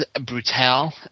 Brutal